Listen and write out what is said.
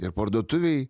ir parduotuvėj